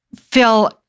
Phil